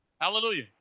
Hallelujah